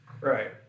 Right